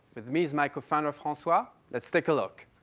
with me is my co-founder francois. let's take a look.